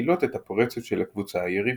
ומתקילות את הפורצת של הקבוצה היריבה.